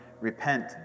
repent